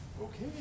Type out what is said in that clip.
okay